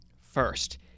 first